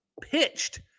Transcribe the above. pitched